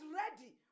ready